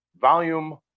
volume